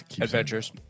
Adventures